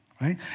right